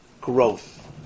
growth